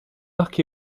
parcs